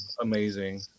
amazing